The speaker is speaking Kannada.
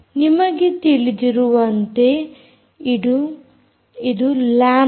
ನಿಮಗೆ ತಿಳಿದಿರುವಂತೆ ಇದು ಲ್ಯಾಂಬ್ದ